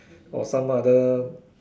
or some other